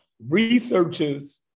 Researchers